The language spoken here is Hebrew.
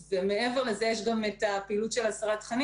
מעבר לזה יש גם את הפעילות של הסרת תכנים